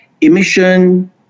emission